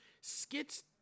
skits